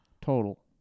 Total